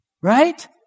Right